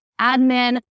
admin